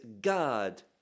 God